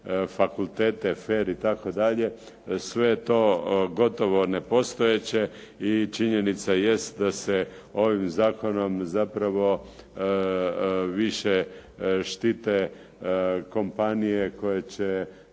fakultete FER itd. sve to gotovo nepostojeće i činjenica jest da se ovim zakonom više štite kompanije koje će